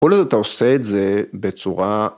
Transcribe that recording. ‫כל עוד אתה עושה את זה בצורה...